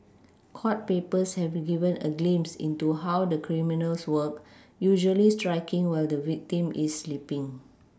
court papers have given a glimpse into how the criminals work usually striking while the victim is sleePing